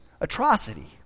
Atrocity